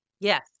Yes